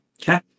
Okay